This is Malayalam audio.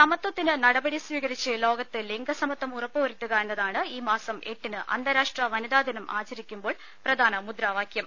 സമത്വത്തിന് നടപടി സ്വീകരിച്ച് ലോകത്ത് ലിംഗ സമത്വം ഉറപ്പുവരുത്തുക എന്നതാണ് ഈ മാസം എട്ടിന് അന്താരാഷ്ട്ര വനിതാദിനം ആചരിക്കുമ്പോൾ പ്രധാന മുദ്രാവാക്യം